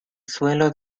suelo